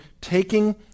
taking